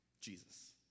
Jesus